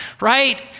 right